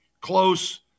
close